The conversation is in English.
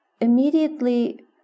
immediately